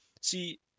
See